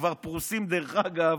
שכבר פרוסים, דרך אגב,